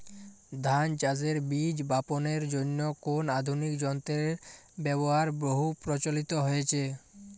ধান চাষের বীজ বাপনের জন্য কোন আধুনিক যন্ত্রের ব্যাবহার বহু প্রচলিত হয়েছে?